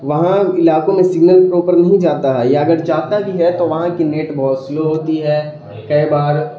وہاں علاقوں میں سگنل پراپر نہیں جاتا ہے یا اگر جاتا بھی ہے تو وہاں کی نیٹ بہت سلو ہوتی ہے کئی بار